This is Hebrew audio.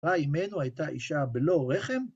שרה אימנו הייתה אישה בלא רחם?